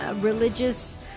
religious